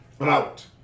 Out